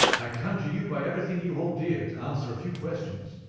i conjure you by everything you hold dear to answer a few questions.